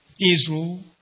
Israel